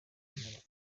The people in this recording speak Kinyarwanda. risobanura